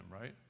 right